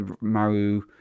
maru